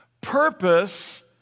Purpose